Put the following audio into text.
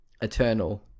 Eternal